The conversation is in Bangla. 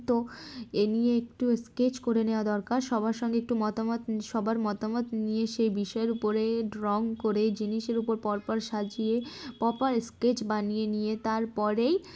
তো এ নিয়ে একটু স্কেচ করে নেওয়া দরকার সবার সঙ্গে একটু মতামত সবার মতামত নিয়ে সেই বিষয়ের উপরে ড্রয়িং করে জিনিসের উপর পরপর সাজিয়ে পেপার স্কেচ বানিয়ে নিয়ে তারপরেই